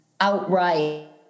outright